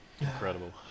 Incredible